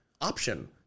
option